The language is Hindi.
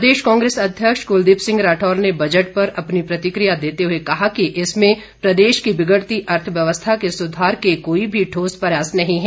प्रदेश कांग्रेस अध्यक्ष कुलदीप सिंह राठौर ने बजट पर अपनी प्रतिक्रिया देते हुए कहा है कि इसमें प्रदेश की बिगड़ती अर्थव्यवस्था के सुधार के कोई भी ठोस प्रयास नही है